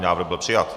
Návrh byl přijat.